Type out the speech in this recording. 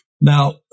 Now